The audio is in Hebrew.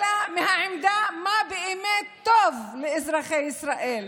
אלא מהעמדה של מה באמת טוב לאזרחי ישראל.